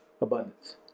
Abundance